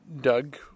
Doug